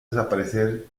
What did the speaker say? desaparecer